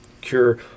cure